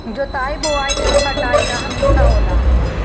जोताई बोआई आ कटाई अहम् हिस्सा होला